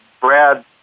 Brad